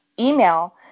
email